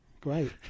Great